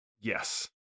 yes